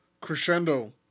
crescendo